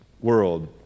world